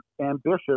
ambitious